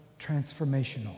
transformational